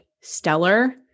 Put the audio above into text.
stellar